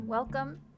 Welcome